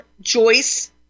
Joyce